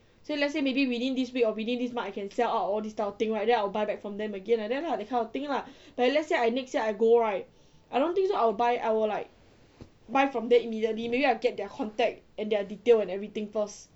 so let's say maybe within this week or within this month I can sell out all these type of thing right then I'll buy back from them again like that lah that kind of thing lah but let's say I next year I go right I don't think this one I will buy I will like buy from them immediately maybe I'll get their contact and their detail and everything first